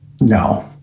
No